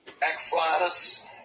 backsliders